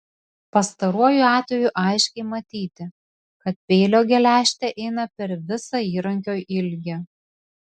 pastaruoju atveju aiškiai matyti kad peilio geležtė eina per visą įrankio ilgį